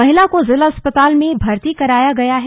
महिला को जिला अस्पताल में भर्ती कराया गया है